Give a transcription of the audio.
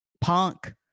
punk